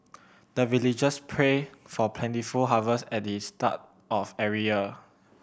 the villagers pray for plentiful harvest at the start of every year